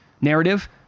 narrative